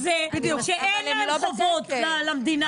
--- מה שמכעיס זה שאין חובות למדינה הזו,